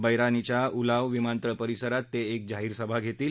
बरौनीच्या उलाव विमानतळ परिसरात ते एक जाहीर सभा घेतील